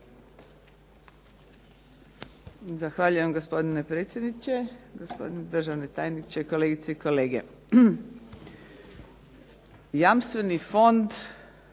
Zahvaljujem gospodine predsjedniče, gospodine državni tajniče, kolegice i kolege. Jamstveni fond